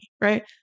right